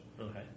okay